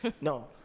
No